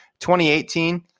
2018